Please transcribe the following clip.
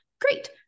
great